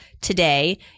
today